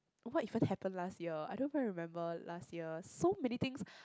what event happened last year I don't quite remember last year so many things